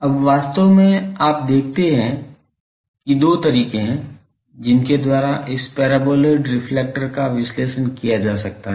अब वास्तव में आप देखते हैं कि दो तरीके हैं जिनके द्वारा इस परबोलॉइड रिफ्लेक्टर का विश्लेषण किया जा सकता है